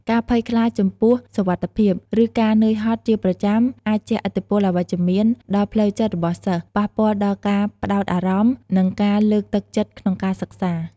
ការភ័យខ្លាចចំពោះសុវត្ថិភាព ឬការនឿយហត់ជាប្រចាំអាចជះឥទ្ធិពលអវិជ្ជមានដល់ផ្លូវចិត្តរបស់សិស្ស ប៉ះពាល់ដល់ការផ្តោតអារម្មណ៍ និងការលើកទឹកចិត្តក្នុងការសិក្សា។